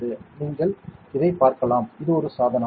இதை நீங்கள் பார்க்கலாம் இது ஒரு சாதனம்